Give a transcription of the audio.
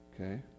Okay